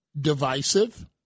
Divisive